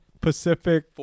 pacific